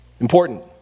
Important